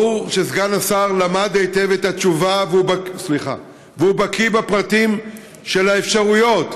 ברור שסגן השר למד היטב את התשובה ושהוא בקיא בפרטים של האפשרויות,